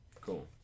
Cool